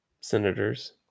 senators